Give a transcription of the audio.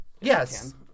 Yes